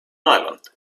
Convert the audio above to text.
island